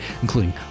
including